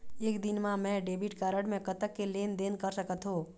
एक दिन मा मैं डेबिट कारड मे कतक के लेन देन कर सकत हो?